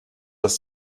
aus